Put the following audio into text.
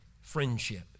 friendship